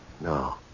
No